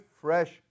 fresh